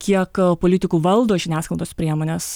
kiek politikų valdo žiniasklaidos priemones